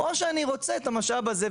או שאני רוצה את המשאב הזה?